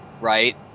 right